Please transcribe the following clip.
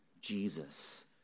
Jesus